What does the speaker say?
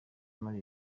muri